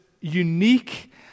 unique